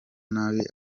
nabi